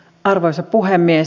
arvoisa puhemies